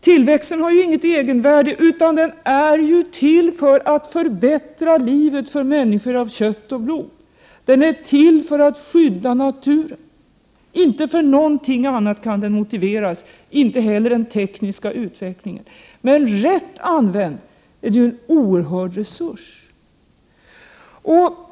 Tillväxten har inget egenvärde utan är till för att förbättra livet för människor av kött och blod, den är till för att skydda naturen, inte för någonting annat kan den motiveras, inte heller den tekniska utvecklingen. Men rätt använd är den en oerhörd resurs.